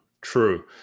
true